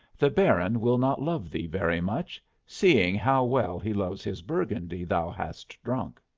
the baron will not love thee very much, seeing how well he loves his burgundy thou hast drank.